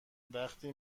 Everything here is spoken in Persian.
وقتی